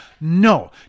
No